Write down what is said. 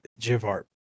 Jivarp